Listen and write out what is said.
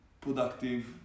productive